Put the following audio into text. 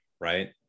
right